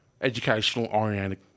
educational-oriented